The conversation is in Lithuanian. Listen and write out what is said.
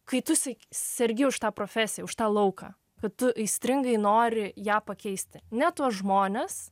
kai tu sek sergi už tą profesiją už tą lauką kad tu aistringai nori ją pakeisti ne tuos žmones